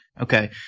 Okay